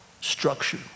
structure